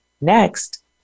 Next